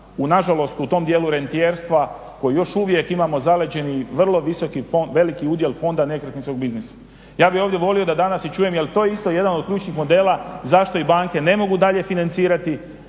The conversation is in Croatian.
nažalost u tom dijelu rentijerstva koji još uvijek imamo zaleđeni vrlo visoki udjel Fonda nekretninskog biznisa. Ja bih ovdje volio da danas čujem jel i to isto jedan od ključnih modela zašto ih banke ne mogu dalje financirati.